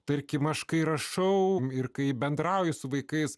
tarkim aš kai rašau ir kai bendrauju su vaikais